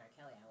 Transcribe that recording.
Kelly